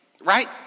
Right